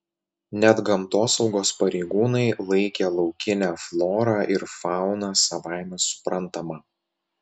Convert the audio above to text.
net gamtosaugos pareigūnai laikė laukinę florą ir fauną savaime suprantama